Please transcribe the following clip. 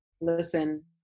Listen